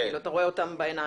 כאילו אתה רואה אותם בעיניים.